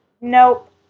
Nope